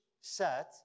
set